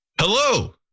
Hello